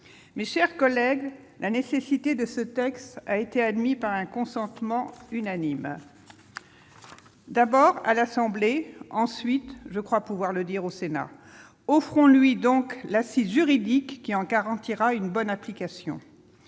Mes chers collègues, la nécessité de ce texte a été admise par un consentement unanime. D'abord, à l'Assemblée nationale ; ensuite, je crois pouvoir le dire, au Sénat. Offrons-lui donc l'assise juridique qui en garantira une bonne application